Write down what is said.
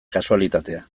kasualitatea